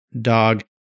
dog